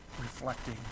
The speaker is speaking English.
reflecting